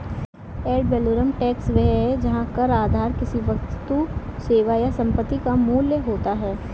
add valorem tax वह है जहां कर आधार किसी वस्तु, सेवा या संपत्ति का मूल्य होता है